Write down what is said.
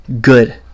good